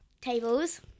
tables